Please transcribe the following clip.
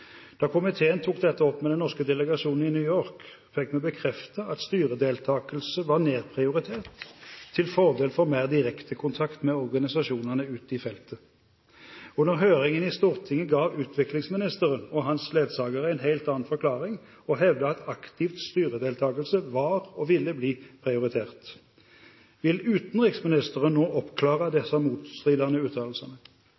Da komiteen tok dette opp med den norske delegasjonen i New York, fikk vi bekreftet at styredeltakelse var nedprioritert til fordel for mer direkte kontakt med organisasjonene ute i felten. Under høringen i Stortinget ga utviklingsministeren og hans ledsagere en helt annen forklaring og hevdet at aktiv styredeltakelse var og ville bli prioritert. Vil utenriksministeren nå oppklare